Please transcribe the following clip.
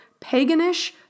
paganish